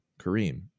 Kareem